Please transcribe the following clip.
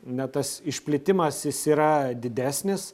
na tas išplitimas jis yra didesnis